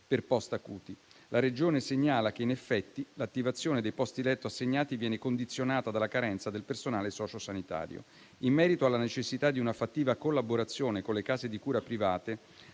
per post-acuti. La Regione segnala che in effetti l'attivazione dei posti letto assegnati viene condizionata dalla carenza del personale sociosanitario. In merito alla necessità di una fattiva collaborazione con le case di cura private,